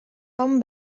tom